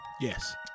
Yes